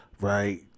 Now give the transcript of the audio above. right